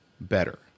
better